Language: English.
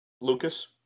Lucas